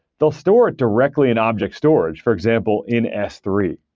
they'll store it directly in object storage, for example, in s three.